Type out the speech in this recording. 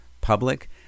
Public